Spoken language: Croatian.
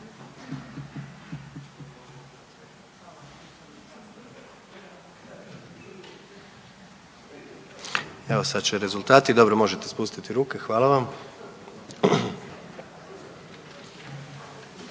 Evo sad će rezultati, dobro možete spustiti ruke, hvala vam.